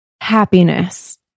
happiness